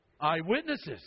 Eyewitnesses